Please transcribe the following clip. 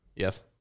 Yes